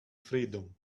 freedom